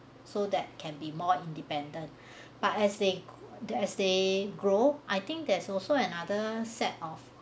so that can be more independent but as they as they grow I think there's also another set of